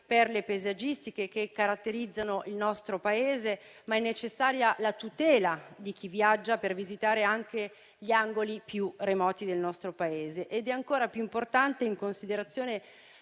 perle paesaggistiche che caratterizzano il nostro Paese, ma è necessaria la tutela di chi viaggia per visitare anche gli angoli più remoti del nostro Paese. Ciò è ancora più importante in considerazione